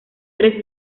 tres